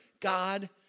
God